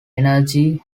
energy